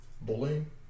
Bullying